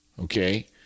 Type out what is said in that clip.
Okay